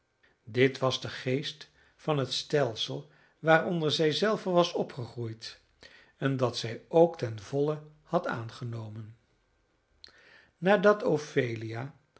dit was de geest van het stelsel waaronder zij zelve was opgegroeid en dat zij ook ten volle had aangenomen nadat ophelia